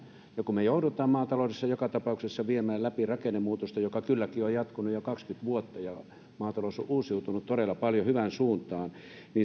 ja kun me joudumme maataloudessa joka tapauksessa viemään läpi rakennemuutosta joka kylläkin on jatkunut jo kaksikymmentä vuotta ja maatalous on uusiutunut todella paljon hyvään suuntaan mutta